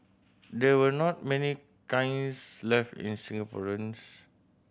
there were not many kilns left in Singaporeans